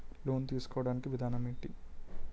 Loan తీసుకోడానికి విధానం ఏంటి?